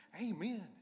amen